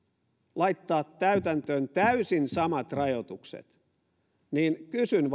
laittaa täytäntöön täysin samat rajoitukset niin kysyn